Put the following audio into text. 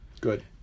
Good